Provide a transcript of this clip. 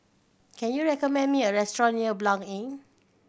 can you recommend me a restaurant near Blanc Inn